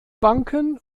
banken